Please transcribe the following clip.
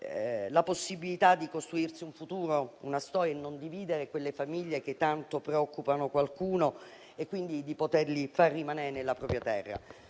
la possibilità di costruirsi un futuro e una storia, di non dividere quelle famiglie che tanto preoccupano qualcuno, e quindi di poterli far rimanere nella propria terra.